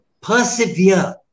persevere